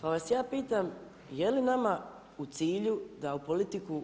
Pa vas ja pitam, je li nama u cilju, da u politiku